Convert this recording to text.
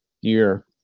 year